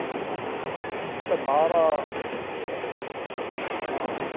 आम् अन्ते भारः हा हा